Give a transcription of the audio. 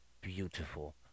beautiful